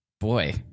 Boy